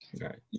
right